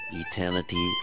eternity